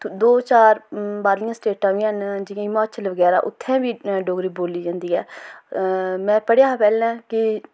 दो चार बाह्रलियां स्टेटां बी हैन जियां हिमाचल बगैरा उत्थें बी डोगरी बोली जंदी ऐ में पढ़ेआ हा पैह्लें कि